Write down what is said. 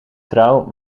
trouw